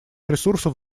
ресурсов